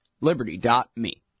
Liberty.me